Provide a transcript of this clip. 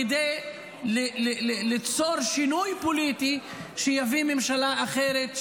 כדי ליצור שינוי פוליטי שיביא ממשלה אחרת,